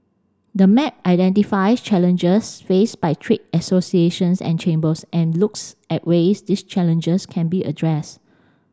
the map identifies challenges faced by trade associations and chambers and looks at ways these challenges can be addressed